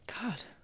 God